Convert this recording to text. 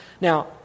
Now